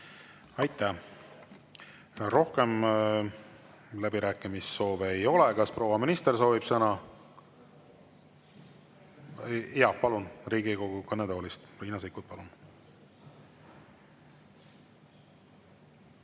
Aitäh! Rohkem läbirääkimissoove ei ole. Kas proua minister soovib sõna? Palun Riigikogu kõnetoolist, Riina Sikkut. Palun!